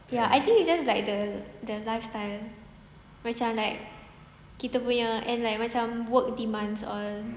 yeah I think it's just like the the lifestyle macam like kita punya and macam work demands all